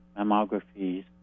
mammographies